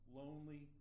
lonely